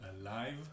alive